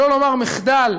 שלא לומר מחדל,